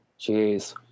Jeez